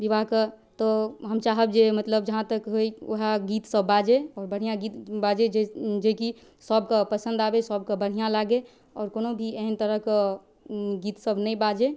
बिवाहक तऽ हम चाहब जे मतलब जहाँ तक होइ वएह गीत सब बाजै बढ़िआँ गीत बाजै जे जेकि सबके पसन्द आबै सबके बढ़िआँ लागै आओर कोनो भी एहन तरहके गीत सब नहि बाजै